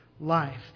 life